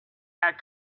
had